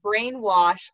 brainwash-